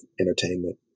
entertainment